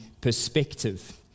perspective